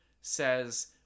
says